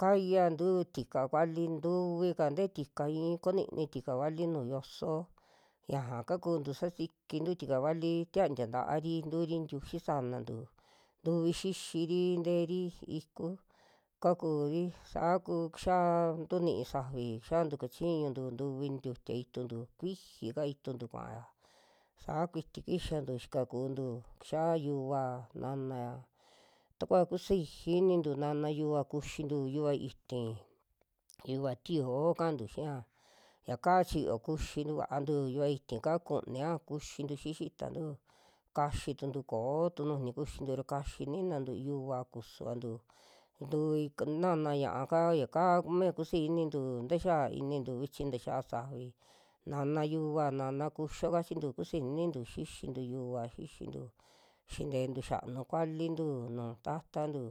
kayantú tika kuali ntuvika tee tika, i'i konini tika vali nuju yoso ñaja kakuntu sasikintu tika vali, tiantia ta'ari tuuri ntiuxi saanantu ntuvi xixiri nteeri iku, kakuri saa ku kixia ntu ni'i safi xiantu kachiñuntu tuvi nintiutia ituntu kuijika ituntu kuaya, saa kuiti kixantu kikantu, kixia yuva nanaya takua kusiji inintu naana yuva kuxintu, yuva iíti, yuva tioó kantu xia yaka chiyo kuxi vantu yuva iíti'ka kunia kuxintu xi'i xitantu, kaxi tuntu koó tu nujunio kuxintu ra kaxi ninantu yuva kusuvantu, ntuvi k- naana ña'a ka, yakaa kumia kusiiji inintu taxaa inintu vichi taxia safi naana yuna, naana kuyo kachintu kusinintu xixintu yuva, xixintu xinteentu xianuntu kualintu nuju taatantu.